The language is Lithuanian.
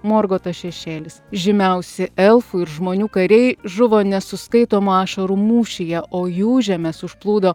morgoto šešėlis žymiausi elfų ir žmonių kariai žuvo nesuskaitomų ašarų mūšyje o jų žemes užplūdo